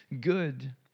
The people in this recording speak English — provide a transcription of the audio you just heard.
good